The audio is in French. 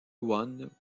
one